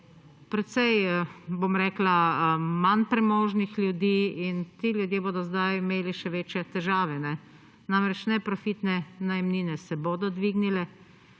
precej bom rekla manj premožnih ljudi in ti ljudje bodo sedaj imeli še večje težave. Namreč neprofitne najemnine se bodo dvignile,